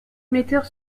metteurs